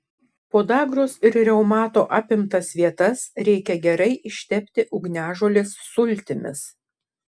podagros ir reumato apimtas vietas reikia gerai ištepti ugniažolės sultimis